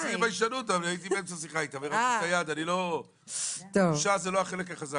הייתי באמצע שיחה איתה, בושה זה לא הגן החזק